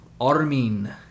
armin